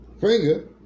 finger